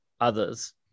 others